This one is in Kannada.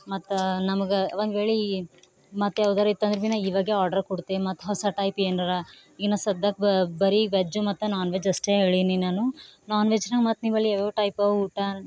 ಮತ್ತು ನಮಗೆ ಒಂದ್ವೇಳಿ ಮತ್ತೆ ಯಾವ್ದರ ಇತ್ತು ಅಂದ್ರೆ ಭೀನ ಇವಾಗೆ ಆರ್ಡರ್ ಕೊಡ್ತಿ ಮತ್ತು ಹೊಸ ಟೈಪ್ ಏನಾರ ಇನ್ನು ಸಧ್ಯಕ್ ಬರೀ ವೆಜ್ಜು ಮತ್ತು ನಾನ್ ವೆಜ್ಜು ಅಷ್ಟೆ ಹೇಳಿನಿ ನಾನು ನಾನ್ ವೆಜ್ನ ಮತ್ತು ನೀವಲ್ಲಿ ಯಾವ್ಯಾವ ಟೈಪ್ ಅವ ಊಟ